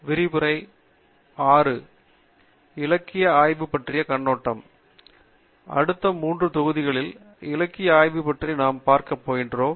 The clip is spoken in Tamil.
விரிவுரை 06 இலக்கிய ஆய்வு பற்றிய கண்ணோட்டம் அடுத்த மூன்று தொகுதிகளில் இலக்கிய ஆய்வு பற்றி நாம் பார்க்கப் போகிறோம்